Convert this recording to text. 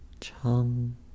Chum